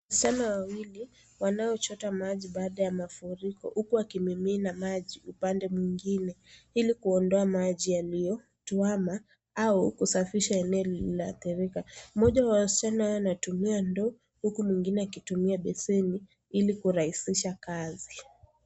Wasichana wawili wanaochota maji baada ya mafuriko huku wakimimina maji upande mwingine ili kuondoa maji yaliotwama au kusaficha eneo lililoadhirika. Mmoja wa wasichana anatumia ndoo huku mwingine akitumia beseni ili kurahisisha kazi.